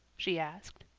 she asked.